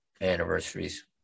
anniversaries